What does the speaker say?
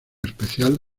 especial